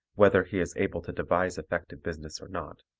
whether he is able to devise effective business or not.